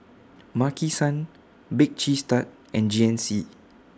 Maki San Bake Cheese Tart and G N C